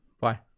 Bye